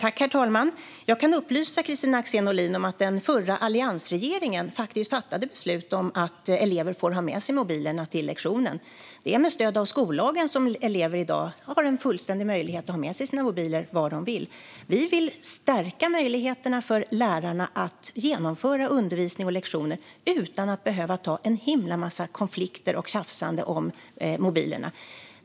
Herr talman! Jag kan upplysa Kristina Axén Olin om att den förra alliansregeringen faktiskt fattade beslut om att elever får ha med sig mobilerna till lektionerna. Det är med stöd av skollagen som elever i dag har en fullständig möjlighet att ha med sig sina mobiler när de vill. Vi vill stärka möjligheterna för lärarna att genomföra undervisning och lektioner utan att behöva ta en himla massa konflikter och tjafsande om mobilerna.